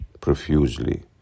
profusely